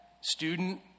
student